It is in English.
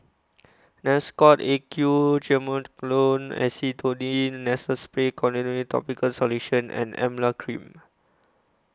Nasacort A Q Triamcinolone Acetonide Nasal Spray Topical Solution and Emla Cream